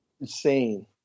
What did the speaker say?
insane